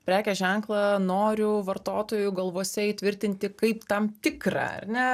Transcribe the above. prekės ženklą noriu vartotojų galvose įtvirtinti kaip tam tikrą ar ne